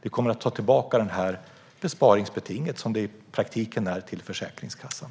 Vi kommer att ta tillbaka besparingsbetinget - som det i praktiken är - till Försäkringskassan.